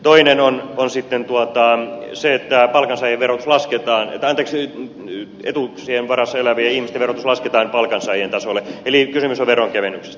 toinen on sitten se että etuuksien varassa elävien ihmisten verotus lasketaan palkansaajien tasolle eli kysymys on veronkevennyksestä